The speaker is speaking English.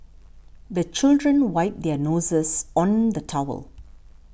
the children wipe their noses on the towel